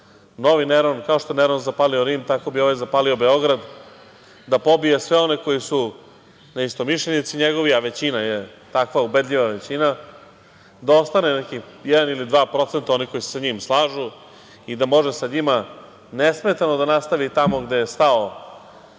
novi Neron. Kao što je Neron zapalio Rim, tako bi ovaj zapalio Beograd, pa da pobije sve one koji su neistomišljenici njegovi. Većina je takva, ubedljiva većina, da ostane nekih jedan ili dva procenta onih koji se sa njim slažu i da može sa njima nesmetano da nastavi tamo gde je stao